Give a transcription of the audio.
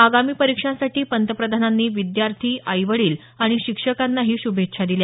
आगामी परीक्षांसाठी पंतप्रधानांनी विद्यार्थी आई वडील आणि शिक्षकांना शुभेच्छा दिल्या